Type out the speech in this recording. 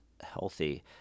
healthy